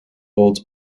holds